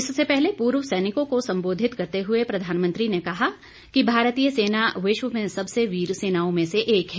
इससे पहले पूर्व सैनिकों को संबोधित करते हुए प्रधानमंत्री ने कहा कि भारतीय सेना विश्व में सबसे वीर सेनाओं में से एक है